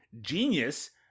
genius